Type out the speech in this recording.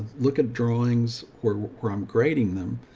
look at drawings where where i'm grading them,